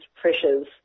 pressures